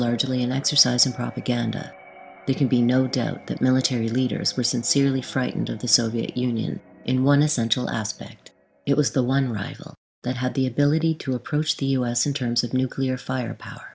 largely an exercise in propaganda they can be no doubt that military leaders were sincerely frightened of the soviet union in one essential aspect it was the one rifle that had the ability to approach the u s in terms of nuclear firepower